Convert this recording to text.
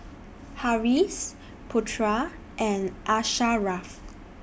Harris Putra and Asharaff